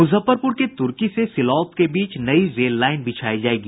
मुजफ्फरपुर के तुर्की से सिलौत के बीच नई रेललाईन बिछायी जायेगी